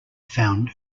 found